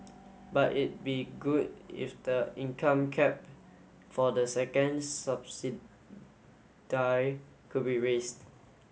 but it be good if the income cap for the second could be raised